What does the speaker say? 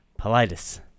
Politis